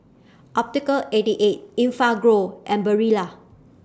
Optical eighty eight Enfagrow and Barilla